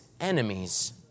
enemies